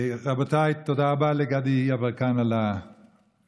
רבותיי, ותודה רבה לגדי יברקן על היוזמה.